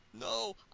No